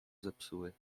zepsuły